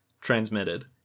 transmitted